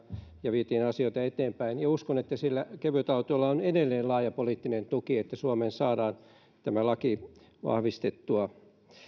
ja vietiin asioita eteenpäin ja uskon että kevytautoilla on edelleen laaja poliittinen tuki niin että suomeen saadaan tämä laki vahvistettua